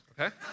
okay